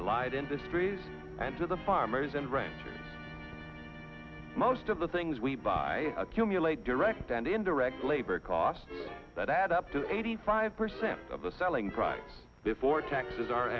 allied industries and to the farmers and ranchers most of the things we buy accumulate direct and indirect labor costs that add up to eighty five percent of the selling price before taxes are